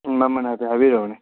ꯃꯃꯟ ꯍꯥꯏꯐꯦꯠ ꯍꯥꯏꯕꯤꯔꯛꯎꯅꯦ